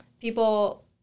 people